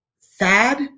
sad